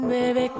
Baby